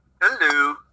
Hello